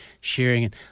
sharing